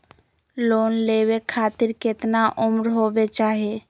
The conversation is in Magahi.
लोन लेवे खातिर केतना उम्र होवे चाही?